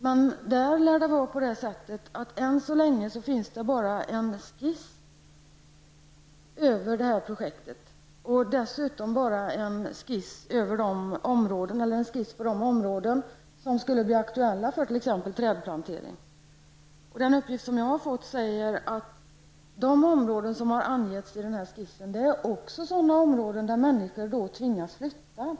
Men än så länge lär det bara finnas en skiss över projektet och då endast över de områden som skulle bli aktuella för trädplantering. Den uppgift som jag har fått säger att de områden som har angetts i skissen är också sådana områden där människor tvingas flytta.